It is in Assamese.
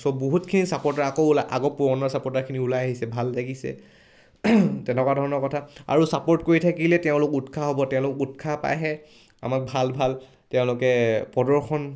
চ' বহুতখিনি চাপৰ্টাৰ আকৌ ওলাই আকৌ পুৰণা চাপৰ্টাৰখিনি ওলাই আহিছে ভাল লাগিছে তেনেকুৱা ধৰণৰ কথা আৰু ছাপৰ্ট কৰি থাকিলে তেওঁলোক উৎসাহ হ'ব তেওঁলোক উৎসাহ পাইহে আমাক ভাল ভাল তেওঁলোকে প্ৰদৰ্শন